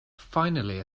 finally